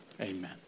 Amen